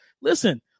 Listen